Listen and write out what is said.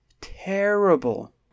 terrible